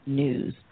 news